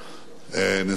נשיא המדינה,